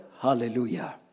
Hallelujah